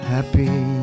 Happy